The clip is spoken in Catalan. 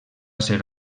ser